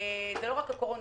זה לא רק בגלל הקורונה,